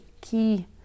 key